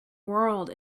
world